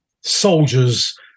soldiers